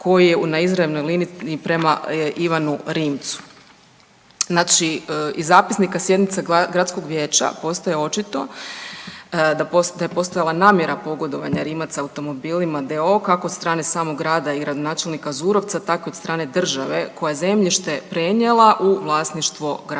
koji je na izravnoj liniji prema Ivanu Rimcu. Znači iz zapisnika sjednica gradskog vijeća postaje očito da je postojala namjera pogodovanja Rimac automobilima d.o.o., kako od strane samog grada i gradonačelnika Zurovca, tako od strane države koja je zemljište prenijela u vlasništvo grada